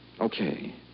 Okay